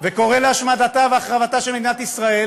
וקורא להשמדתה ולהחרבתה של מדינת ישראל,